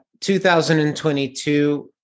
2022